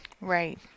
Right